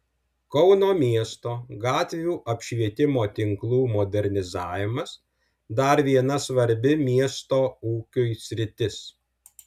kauno miesto gatvių apšvietimo tinklų modernizavimas dar viena svarbi miesto ūkiui sritis